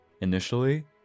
initially